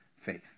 faith